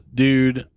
dude